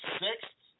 sixth